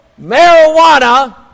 marijuana